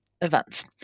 events